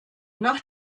nach